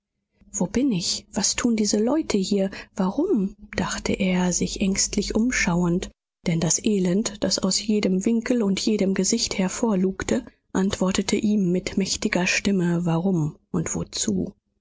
wo bin ich was tun diese leute hier warum dachte er sich ängstlich umschauend denn das elend das aus jedem winkel und jedem gesicht hervorlugte antwortete ihm mit mächtiger stimme warum und wozu